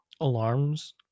alarms